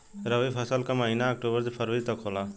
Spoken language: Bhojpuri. रवी फसल क महिना अक्टूबर से फरवरी तक होला